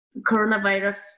coronavirus